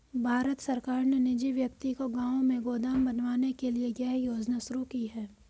भारत सरकार ने निजी व्यक्ति को गांव में गोदाम बनवाने के लिए यह योजना शुरू की है